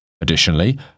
Additionally